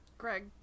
Greg